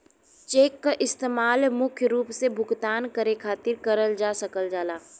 check क इस्तेमाल मुख्य रूप से भुगतान करे खातिर करल जा सकल जाला